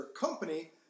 company